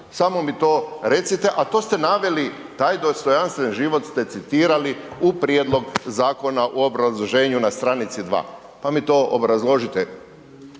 Samo mi to recite, a to ste naveli taj dostojanstven život ste citirali u prijedlog zakona u obrazloženju na stranici 2, pa mi to obrazložite